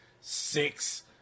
six